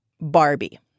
Barbie